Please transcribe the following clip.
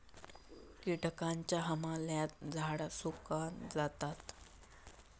किटकांच्या हमल्यात झाडा सुकान जातत